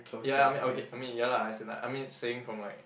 ya I mean okay I mean ya lah as in like I mean saying from my